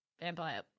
Vampire